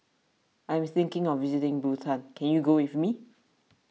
I am thinking of visiting Bhutan can you go with me